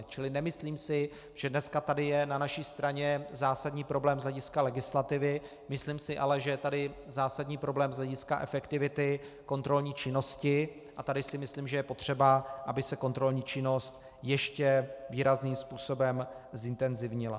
Čili nemyslím si, že dneska tady je na naší straně zásadní problém z hlediska legislativy, myslím si ale, že je tady zásadní problém z hlediska efektivity kontrolní činnosti, a tady si myslím, že je potřeba, aby se kontrolní činnost ještě výrazným způsobem zintenzivnila.